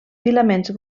filaments